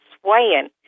swaying